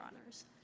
Honors